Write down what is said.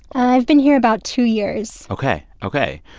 i've been here about two years ok, ok.